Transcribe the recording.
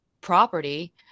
property